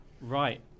Right